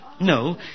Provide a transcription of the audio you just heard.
No